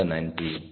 மிக்க நன்றி